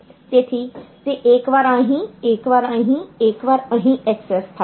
તેથી તે એકવાર અહીં એકવાર અહીં એકવાર અહીં એક્સેસ થાય છે